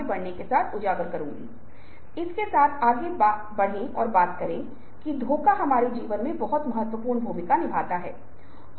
लोगों के एक समूह को प्रश्नों का एक सेट दिया गया था लोगों के एक अन्य समूह को प्रश्नों का एक दूसेरा सेट दिया गया था